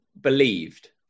believed